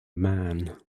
man